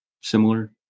similar